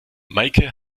meike